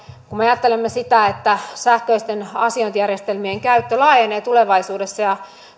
kun me me ajattelemme sitä että sähköisten asiointijärjestelmien käyttö laajenee tulevaisuudessa ja